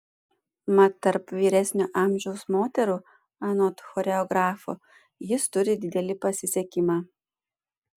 mat tarp vyresnio amžiaus moterų anot choreografo jis turi didelį pasisekimą